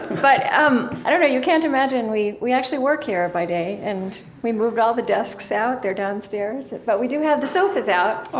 but um i don't know you can't imagine. we we actually work here by day, and we moved all the desks out. they're downstairs, but we do have the sofas out oh,